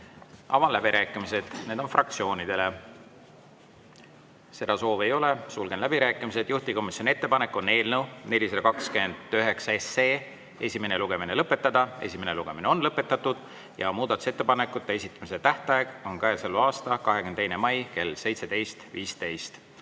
Avan läbirääkimised, need on fraktsioonidele. Seda soovi ei ole, sulgen läbirääkimised. Juhtivkomisjoni ettepanek on eelnõu 429 esimene lugemine lõpetada. Esimene lugemine on lõpetatud ja muudatusettepanekute esitamise tähtaeg on käesoleva aasta 22. mai kell 17.15.